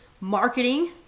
marketing